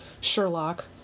Sherlock